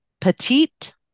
petite